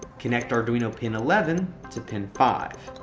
connect arduino pin eleven to pin five.